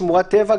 שמורת טבע,